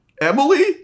Emily